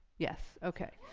yes, okay.